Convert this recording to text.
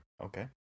okay